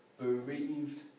bereaved